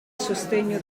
sostegno